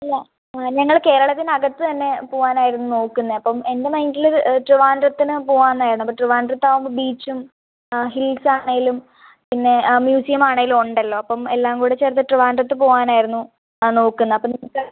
അല്ല ആ ഞങ്ങൾ കേരളത്തിന് അകത്ത് തന്നെ പോവാനായിരുന്നു നോക്കുന്നത് അപ്പം എൻ്റെ മൈൻ്റിൽ ട്രിവാൻഡ്രത്തിന് പോവാമെന്നായിരുന്നു അപ്പോൾ ട്രിവാൻഡ്രത്ത് ആവുമ്പോൾ ബീച്ചും ആ ഹിൽസാണെങ്കിലും പിന്നെ ആ മ്യൂസിയമാണെങ്കിലും ഉണ്ടല്ലോ അപ്പം എല്ലാം കൂടെ ചേർത്ത് ട്രിവാൻഡ്രത്ത് പോവാനായിരുന്നു നോക്കുന്നത് അപ്പം നിങ്ങൾക്ക്